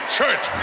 church